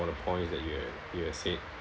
of the points that you have you have said